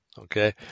Okay